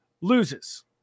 loses